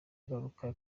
agaruka